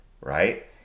Right